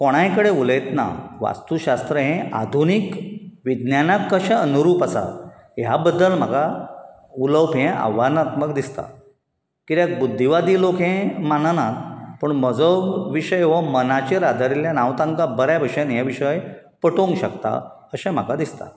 कोणाय कडेन उलयतना वास्तूशास्त्त हें आधुनीक विज्ञानाक कशें अनुरूप आसा ह्या बद्दल म्हाका उलोवप हें आव्हानात्मक दिसता कित्याक बुध्दीवादी लोक हें माननात पूण म्हजो हो विशय मनाचेर आदारिल्ल्यान हांव तांकां बरे भशेन हे विशय पटोवंक शकता अशें म्हाका दिसता